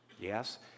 Yes